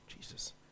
Jesus